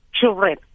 children